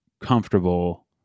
comfortable